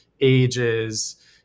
ages